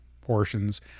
portions